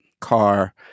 car